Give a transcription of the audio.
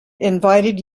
invited